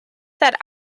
that